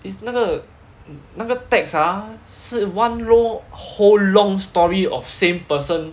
it's 那个那个 text ah 是 one row whole long story of same person